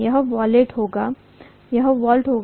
यह वोल्ट होगा